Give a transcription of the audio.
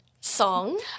song